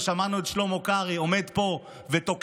ושמענו את שלמה קרעי עומד פה ותוקף